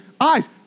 eyes